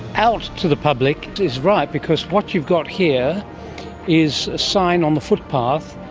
out to the public is right, because what you've got here is a sign on the footpath,